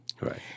Right